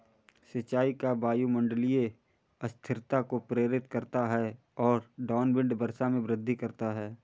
सिंचाई का वायुमंडलीय अस्थिरता को प्रेरित करता है और डाउनविंड वर्षा में वृद्धि करता है